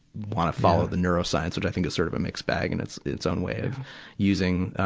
wanna follow the neuroscience, which i think it sort of a mixed bag in its, its own way of using, ah,